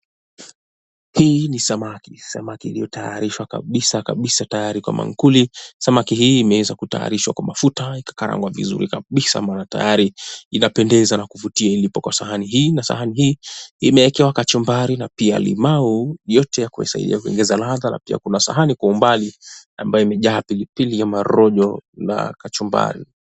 Hii ni samaki. Samaki iliyotayarishwa kabisa kabisa tayari kwa maakuli. Samaki hii imeweza kutayarishwa kwa mafuta ikakarangwa vizuri kabisa maana tayari inapendeza na kuvutia. Lipo katika sahani hii na sahani hii imewekewa kachumbari na pia limau, yote ya kusaidia kuongeza ladha na pia kuna sahani kwa umbali ambayo imejaa pilipili ama rojo la kachumbari.